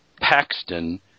Paxton